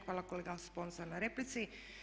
Hvala kolega Sponza na replici.